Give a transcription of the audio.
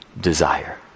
desire